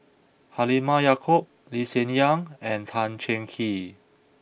Halimah Yacob Lee Hsien Yang and Tan Cheng Kee